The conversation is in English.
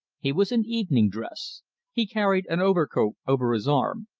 he was in evening dress he carried an overcoat over his arm,